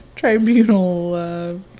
Tribunal